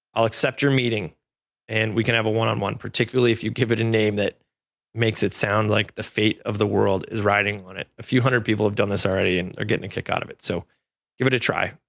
i'll accept your meeting and we can have a one on one particularly if you give it a name that makes it sound like the faith of the world is riding on it. a few hundred people have done this already and are getting the kick out of it, so give it a try.